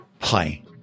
Hi